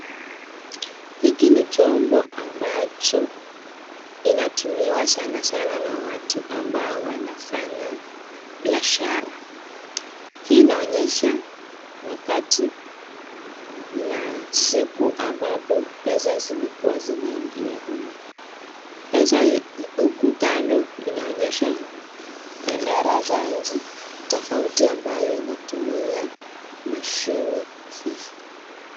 Hiki ni chombo ambacho inatumiwa sana sana na watu ambao wanafanya biashara. Hii inaonyesha wakati na siku ambapo pesa zilikuwa zinaingia humu. Huku kando inaonyesha bendera za nchi tofauti ambayo inatumia mashini hii.